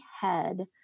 head